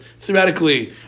theoretically